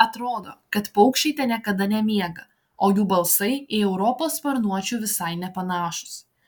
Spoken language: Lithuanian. atrodo kad paukščiai ten niekada nemiega o jų balsai į europos sparnuočių visai nepanašūs